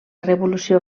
revolució